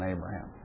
Abraham